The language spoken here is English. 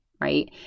Right